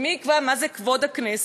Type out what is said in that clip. ומי יקבע מה זה כבוד הכנסת?